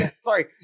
sorry